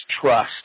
trust